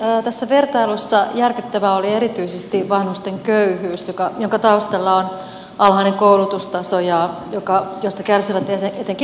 tässä vertailussa järkyttävää oli erityisesti vanhusten köyhyys jonka taustalla on alhainen koulutustaso josta kärsivät etenkin naiset